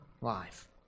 life